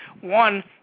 One